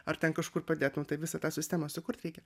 ar ten kažkur padėt nu tai visą tą sistemą sukurt reikia